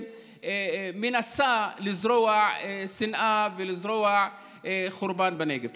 מנסה לזרוע שנאה ולזרוע חורבן בנגב.